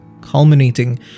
culminating